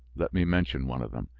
let me mention one of them,